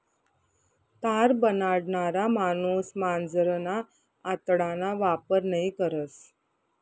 तार बनाडणारा माणूस मांजरना आतडाना वापर नयी करस